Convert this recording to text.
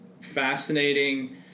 fascinating